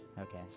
Okay